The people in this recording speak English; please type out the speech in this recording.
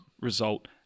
result